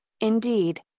indeed